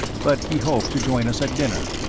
but he hoped to join us at dinner.